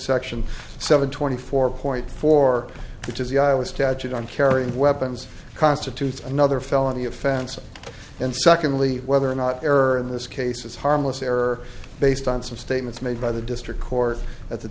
section seven twenty four point four which is the i was statute on carrying weapons constitutes another felony offense and secondly whether or not error in this case is harmless error based on some statements made by the district court at the